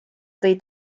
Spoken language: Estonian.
tõi